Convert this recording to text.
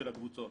של הקבוצות.